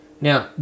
Now